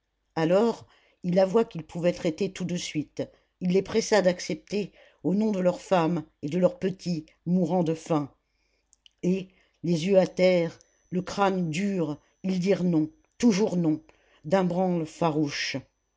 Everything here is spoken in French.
alors il avoua qu'il pouvait traiter tout de suite il les pressa d'accepter au nom de leurs femmes et de leurs petits mourant de faim et les yeux à terre le crâne dur ils dirent non toujours non d'un branle farouche